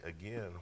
again